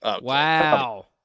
wow